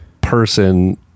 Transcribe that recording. person